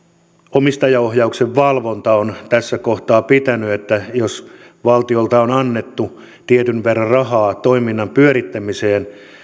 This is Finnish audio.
omistajaohjauksen valvonta on tässä kohtaa pitänyt jos valtiolta on annettu tietyn verran rahaa toiminnan pyörittämiseen